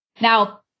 Now